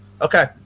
Okay